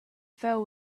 fell